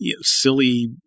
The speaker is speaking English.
silly